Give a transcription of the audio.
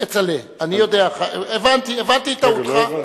כצל'ה, הבנתי את טעותך.